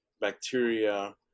bacteria